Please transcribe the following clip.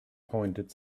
pointed